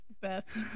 best